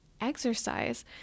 exercise